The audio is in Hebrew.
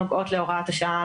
נוגעות להוראות השעה,